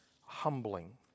humbling